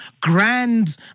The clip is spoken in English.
grand